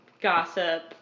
gossip